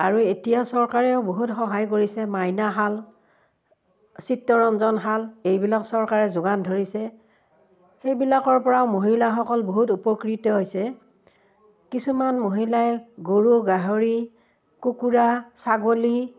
আৰু এতিয়া চৰকাৰেও বহুত সহায় কৰিছে মাইনাশাল চিত্ৰৰঞ্জনশাল এইবিলাক চৰকাৰে যোগান ধৰিছে সেইবিলাকৰ পৰাও মহিলাসকল বহুত উপকৃত হৈছে কিছুমান মহিলাই গৰু গাহৰি কুকুৰা ছাগলী